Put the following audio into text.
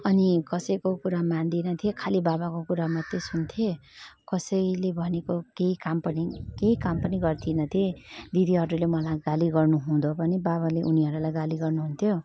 अनि कसैको कुरा मन्दैन थिएँ खाली बाबाको मात्रै सुन्थेँ कसैले भनेको केही काम पनि केही काम पनि गर्दिनँ थिएँ दिदीहरूले मलाई गाली गर्नु हुँदा पनि बाबाले उनीहरूलाई गाली गर्नु हुन्थ्यो